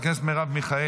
חברת הכנסת מרב מיכאלי,